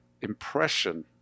impression